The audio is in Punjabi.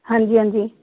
ਹਾਂਜੀ ਹਾਂਜੀ